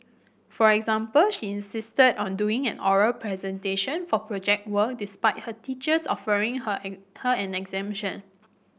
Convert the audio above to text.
for example she insisted on doing an oral presentation for Project Work despite her teachers offering her her an exemption